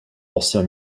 ancien